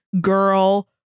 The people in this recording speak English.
Girl